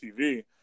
TV